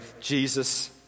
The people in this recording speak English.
Jesus